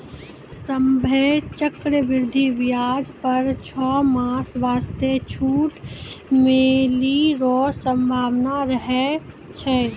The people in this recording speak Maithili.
सभ्भे चक्रवृद्धि व्याज पर छौ मास वास्ते छूट मिलै रो सम्भावना रहै छै